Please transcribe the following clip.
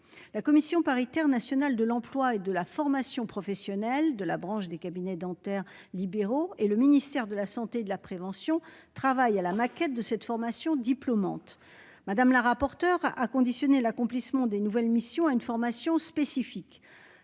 La commission paritaire nationale de l'emploi et de la formation professionnelle des cabinets dentaires et le ministère de la santé et de la prévention travaillent à la maquette de cette formation diplômante. Mme la rapporteure a conditionné l'accomplissement des nouvelles missions à une formation spécifique.